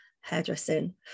hairdressing